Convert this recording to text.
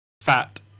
fat